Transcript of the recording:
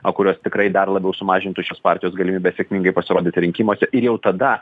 o kurios tikrai dar labiau sumažintų šios partijos galimybes sėkmingai pasirodyti rinkimuose ir jau tada